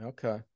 Okay